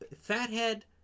Fathead